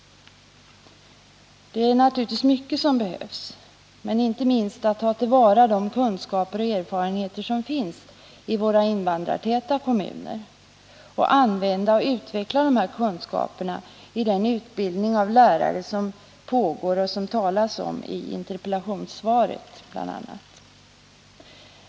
Det är naturligtvis mycket som behövs — inte minst att ta till vara de kunskaper och erfarenheter som finns i våra invandrartäta kommuner och använda och utveckla kunskaperna i den utbildning av lärare som pågår, som det bl.a. talas om i interpellationssvaret.